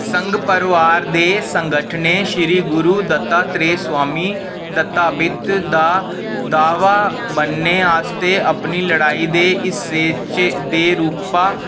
संघ परवार दे सगंठनें श्री गुरु दत्ता त्रेय स्वामी दत्ता पिद दा दावा बनने आस्तै अपनी लड़ाई दे हिस्से च दे रूपा